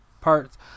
parts